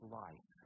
life